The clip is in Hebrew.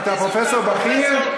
אתה פרופסור בכיר?